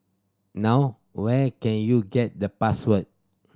now where can you get the password